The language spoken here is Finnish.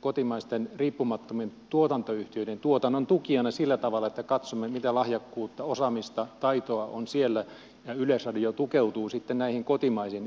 kotimaisten riippumattomien tuotantoyhtiöiden tuotannon tukijana sillä tavalla että katsomme mitä lahjakkuutta osaamista taitoa on siellä ja yleisradio tukeutuu sitten näihin kotimaisiin yhtiöihin